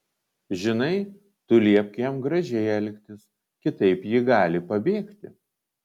žinai tu liepk jam gražiai elgtis kitaip ji gali pabėgti